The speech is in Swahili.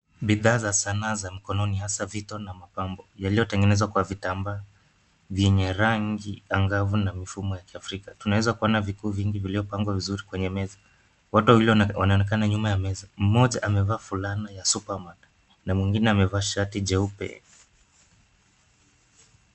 Bidhaa za sanaa za mkononi hasa vito na mapambo yaliyotengenezwa kwa vitambaa vyenye rangi angavu na mfumo wa kiafrika. Tunaweza kuona vitu vingi vilivyopangwa vizuri kwenye meza. Watu wawili wanaonekana nyuma ya meza. Mmoja amevaa fulana ya superman na mwingine amevaa shati jeupe.